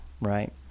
right